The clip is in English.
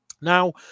Now